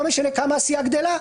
לא משנה כמה הסיעה גדולה,